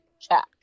check